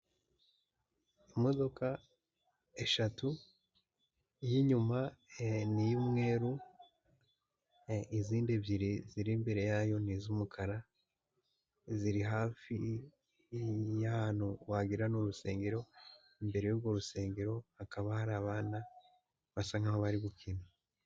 Imodoka eshatu, iy'inyuma ni iy'umweru, izindi ebyiri ziri imbere yayo ni iz'umukara, ziri hafi y'ahantu wagira n'urusengero, imbere y'urwo rusengero, hakaba hari abana basa nkaho bari gukina.